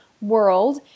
world